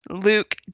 Luke